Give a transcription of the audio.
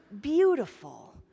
beautiful